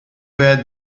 where